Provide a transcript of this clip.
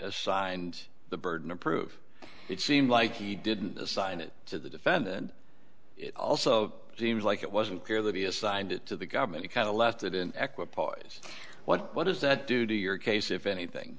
assigns the burden of proof it seemed like he didn't assign it to the defendant it also seems like it wasn't clear that he assigned it to the government it kind of left it in ecuador's what does that do to your case if anything